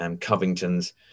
Covington's